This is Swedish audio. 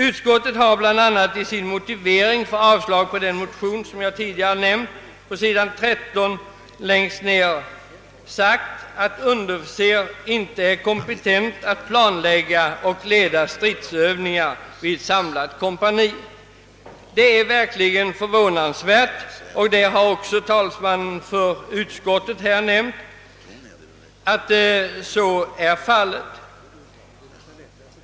Utskottet har bl.a. i sin motivering för ett avslag på min motion sagt att underofficer inte är kompetent att »planlägga och leda stridsövningar vid det samlade kompaniet». Det är verkligen förvånansvärt, och utskottets talesman har också ansett att så är fallet.